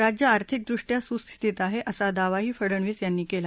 राज्य आर्थिकृदृष्ट्या सुस्थितीत आहे असा दावाही फडनवीस यांनी केला